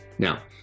Now